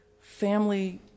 family